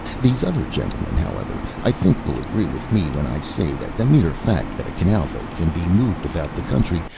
these other gentlemen, however, i think, will agree with me when i say that the mere fact that a canal-boat can be moved about the country,